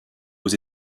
aux